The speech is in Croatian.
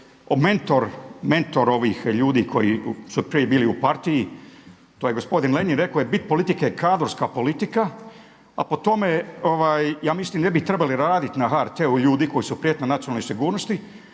mentor ovih ljudi koji su prije bili u partiji, to je gospodin Lenjin. Rekao je bit politike je kadrovska politika, a po tome ja mislim ne bi trebali raditi na HRT-u ljudi koji su prijetnja nacionalnoj sigurnosti,